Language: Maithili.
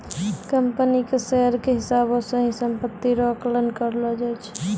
कम्पनी के शेयर के हिसाबौ से ही सम्पत्ति रो आकलन करलो जाय छै